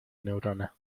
neurona